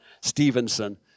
Stevenson